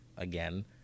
Again